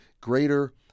greater